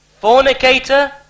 fornicator